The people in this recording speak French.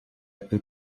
peut